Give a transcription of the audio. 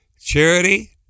Charity